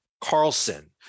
Carlson